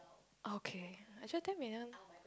okay actually ten million